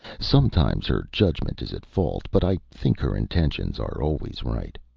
sometimes her judgment is at fault, but i think her intentions are always right.